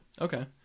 Okay